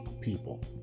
people